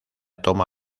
toma